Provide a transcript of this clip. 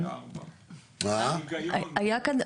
היה כאן,